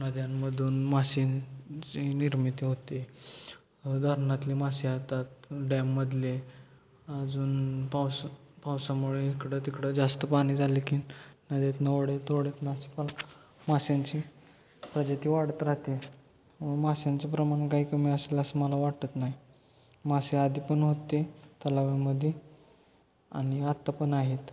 नद्यांमधून माशांची निर्मिती होते धरणातले मासे आतात डॅममधले अजून पावस पावसामुळे इकडं तिकडं जास्त पाणी झाले की नद्यात नवडेए तेवढे मासे माशांची प्रजाती वाढत राहते माशांचे प्रमाण काही कमी असेल असं मला वाटत नाही मासे आधी पण होते तलाव्यामध्ये आणि आत्ता पण आहेत